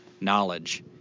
knowledge